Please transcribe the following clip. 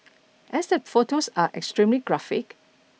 as the photos are extremely graphic